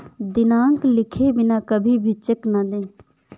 दिनांक लिखे बिना कभी भी चेक न दें